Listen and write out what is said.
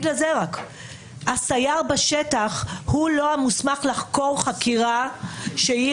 הסייר בשטח הוא לא המוסמך לחשור חקירה שהיא